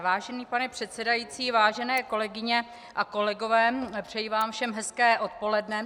Vážený pane předsedající, vážené kolegyně a kolegové, přeji vám všem hezké odpoledne.